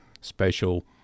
special